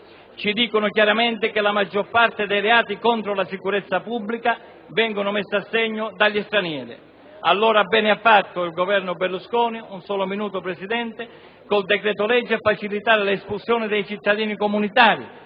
mettono chiaramente in luce che la maggior parte dei reati contro la sicurezza pubblica viene messa a segno dagli stranieri: allora bene ha fatto il Governo Berlusconi, con il varo del decreto-legge, a facilitare le espulsioni dei cittadini comunitari